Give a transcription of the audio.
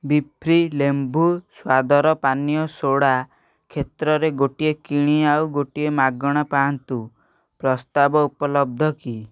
ବିଫ୍ରି ଲେମ୍ବୁ ସ୍ୱାଦର ପାନୀୟ ସୋଡ଼ା କ୍ଷେତ୍ରରେ ଗୋଟିଏ କିଣି ଆଉ ଗୋଟିଏ ମାଗଣା ପାଆନ୍ତୁ ପ୍ରସ୍ତାବ ଉପଲବ୍ଧ କି